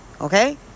okay